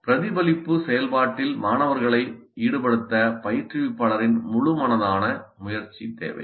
பிரதிபலிப்பு செயல்பாட்டில் மாணவர்களை ஈடுபடுத்த பயிற்றுவிப்பாளரின் முழு மனதான முயற்சி தேவை